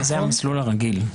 זה המסלול הרגיל.